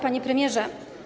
Panie Premierze!